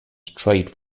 trade